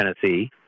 Tennessee